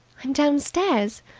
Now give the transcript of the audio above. i'm downstairs.